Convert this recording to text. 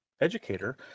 educator